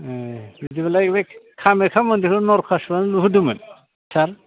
ए बिदिबालाय बै कामाख्या मन्दिरखौ नरखासुरआनो लुहोदोंमोन सार